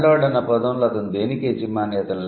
'land lord' అన్న పదంలో అతను దేనికి యజమాని